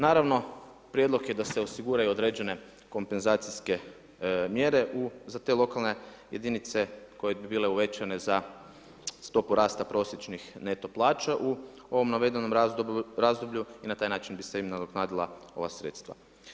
Naravno, prijedlog je da se osiguraju određene kompenzacijske mjere za te lokalne jedinice, koje bi bile uvećane za stopu rasta prosječnih neto plaća u ovom navedenom razdoblju i na taj način bi se i nadoknadila ova sredstva.